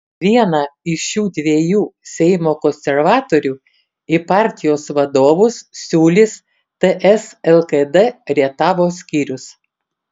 vieną iš šių dviejų seimo konservatorių į partijos vadovus siūlys ts lkd rietavo skyrius